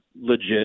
legit